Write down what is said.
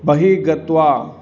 बहिः गत्वा